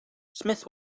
smith